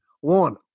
one